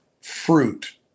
fruit